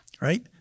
right